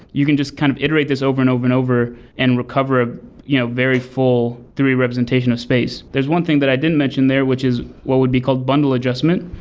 you can just kind of iterate this over and over and over and recover ah you know very full three d representation of space. there is one thing that i didn't mention there, which is what would be called bundle adjustment,